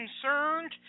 concerned